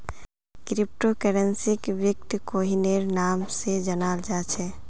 crypto करन्सीक बिट्कोइनेर नाम स जानाल जा छेक